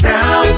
Now